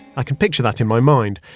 i can picture that in my mind,